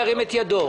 ירים את ידו.